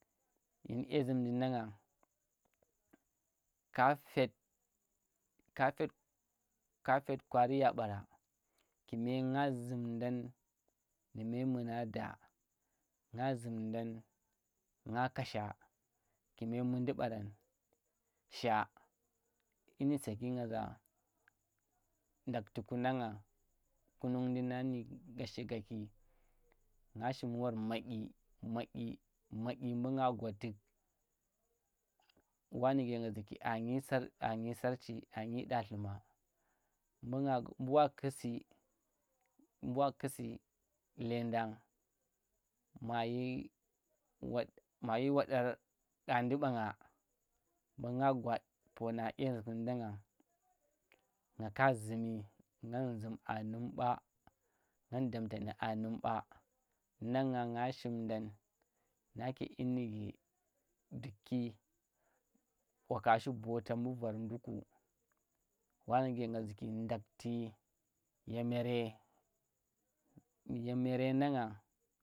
Dyin dye zumdi nang ngang ka fet ka fet ka fet kwari ya ɓara kume nga zum dan nu memuna da, nga zum dan nga kash. Kume mundi bara sha dyinu saki nga za ndakhti ku nan ngang kuneng ndi nang nuq nga shigaki nga shimwar madyi madyi madyi mbu nga gwa tuk wa nu ge nga zuki anyi sarchi, anyi daktei ma bu wa kusi bu wa kusi lendang mayi wador ƙndi ɓemnge mbu nga gwapona dye zum di nan ga nga zumi, ngan zum a numɓa ngeng damta nu anem ɓa, namngan nga shimden nake dyi nige dukki waka shi bota mbu vor nduku wa nuge nga zuki ndakhti ye mere, ye mere nang ngang.